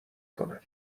کنم